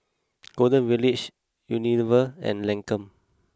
Golden Village Unilever and Lancome